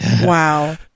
Wow